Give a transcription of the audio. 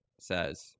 says